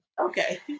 Okay